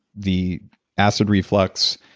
the acid reflux,